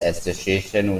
association